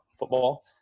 Football